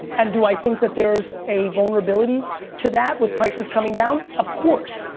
and do i think that there's a vulnerability to that with prices coming down? of course.